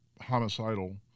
homicidal